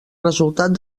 resultat